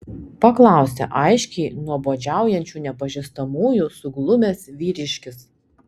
paklausė aiškiai nuobodžiaujančių nepažįstamųjų suglumęs vyriškis